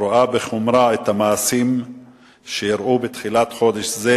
ורואה בחומרה את המעשים שאירעו בתחילת חודש זה,